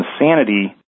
insanity